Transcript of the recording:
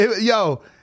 yo